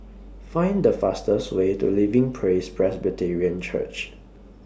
Find The fastest Way to Living Praise Presbyterian Church